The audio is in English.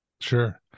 Sure